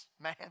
man